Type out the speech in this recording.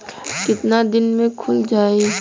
कितना दिन में खुल जाई?